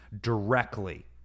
directly